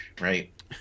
right